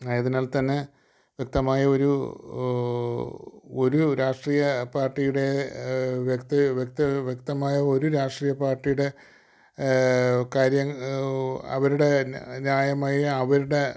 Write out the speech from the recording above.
ആയതിനാൽ തന്നെ വ്യക്തമായ ഒരു ഒരു രാഷ്ട്രീയ പാർട്ടിയുടെ വ്യക്തത വ്യക്തത വ്യക്തമായ ഒരു രാഷ്ട്രീയ പാർട്ടിയുടെ കാര്യം അവരുടെ ന്യായമായ അവരുടെ